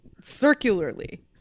circularly